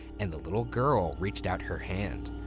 and the little girl reached out her hand.